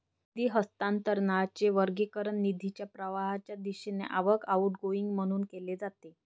निधी हस्तांतरणाचे वर्गीकरण निधीच्या प्रवाहाच्या दिशेने आवक, आउटगोइंग म्हणून केले जाते